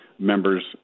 members